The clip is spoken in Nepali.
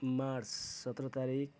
मार्च सत्र तारिक